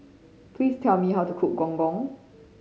please tell me how to cook Gong Gong